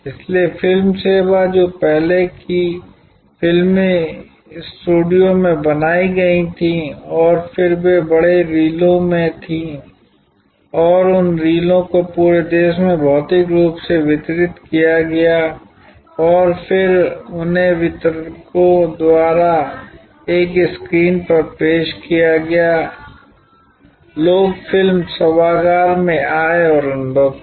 इसलिए फिल्म सेवा जो पहले की फिल्में स्टूडियो में बनाई गई थीं और फिर वे बड़े रीलों में थीं और उन रीलों को पूरे देश में भौतिक रूप से वितरित किया गया और फिर उन्हें वितरकों द्वारा एक स्क्रीन पर पेश किया गया लोग फिल्म सभागार में आए और अनुभव किया